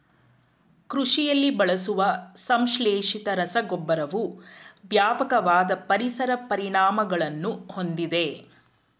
ಕೃಷಿಯಲ್ಲಿ ಬಳಸುವ ಸಂಶ್ಲೇಷಿತ ರಸಗೊಬ್ಬರವು ವ್ಯಾಪಕವಾದ ಪರಿಸರ ಪರಿಣಾಮಗಳನ್ನು ಹೊಂದಿದೆ